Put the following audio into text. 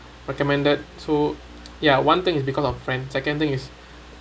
recommended so ya one thing is because of friend second thing is